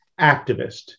activist